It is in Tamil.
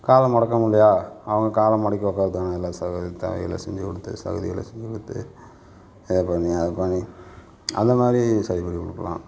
காலை மடக்க முடியலயா அவங்க காலை மடக்கி உட்காரதுக்கான எல்லாம் செஞ்சு கொடுத்து செஞ்சு கொடுத்து இதைப்பண்ணி அதைப்பண்ணி அந்த மாதிரி சரி பண்ணி கொடுக்கலாம்